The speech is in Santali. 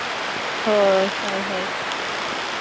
ᱦᱳᱭ ᱦᱳᱭ ᱦᱳᱭ